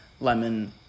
lemon